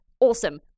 awesome